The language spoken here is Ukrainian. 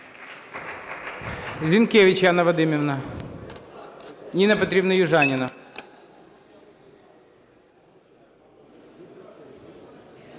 Зінкевич Яна Вадимівна. Ніна Петрівна Южаніна.